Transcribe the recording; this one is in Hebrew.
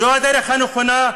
זאת הדרך הנכונה,